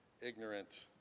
ignorant